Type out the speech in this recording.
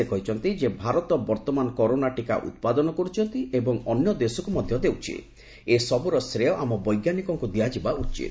ସେ ଏହା ମଧ୍ୟ କହିଛନ୍ତି ଯେ ଭାରତ ବର୍ତ୍ତମାନ କରୋନା ଟିକା ଉତ୍ପାଦନ କରୁଛି ଏବଂ ଅନ୍ୟ ଦେଶକୁ ମଧ୍ୟ ଦେଉଛି ଏବଂ ଏ ସବୁର ଶ୍ରେୟ ଆମ ବୈଜ୍ଞାନିକମାନଙ୍କୁ ଦିଆଯିବା ଉଚିତ